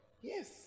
yes